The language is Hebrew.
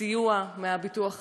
סיוע מהביטוח הלאומי.